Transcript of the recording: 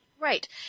Right